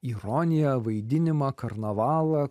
ironiją vaidinimą karnavalą